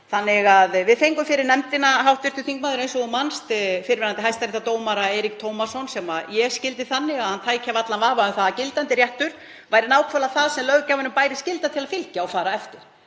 meira. Við fengum fyrir nefndina, eins og hv. þingmaður man, fyrrverandi hæstaréttardómara, Eirík Tómasson, sem ég skildi þannig að hann tæki af allan vafa um að gildandi réttur væri nákvæmlega það sem löggjafanum bæri skylda til að fylgja og fara eftir.